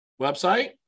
website